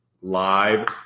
Live